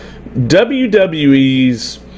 WWE's